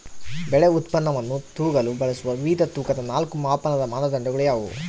ಬೆಳೆ ಉತ್ಪನ್ನವನ್ನು ತೂಗಲು ಬಳಸುವ ವಿವಿಧ ತೂಕದ ನಾಲ್ಕು ಮಾಪನದ ಮಾನದಂಡಗಳು ಯಾವುವು?